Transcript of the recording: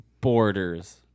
borders